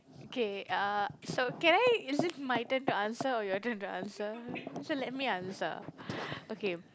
okay uh so can I is it my turn to answer or your turn to answer so let me answer okay